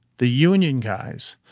the union guys,